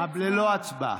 אה, ללא הצבעה.